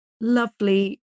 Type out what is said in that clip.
lovely